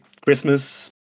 Christmas